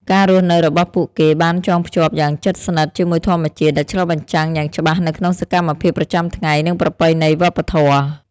ការរស់នៅរបស់ពួកគេបានចងភ្ជាប់យ៉ាងជិតស្និទ្ធជាមួយធម្មជាតិ ដែលឆ្លុះបញ្ចាំងយ៉ាងច្បាស់នៅក្នុងសកម្មភាពប្រចាំថ្ងៃ និងប្រពៃណីវប្បធម៌។